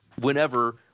whenever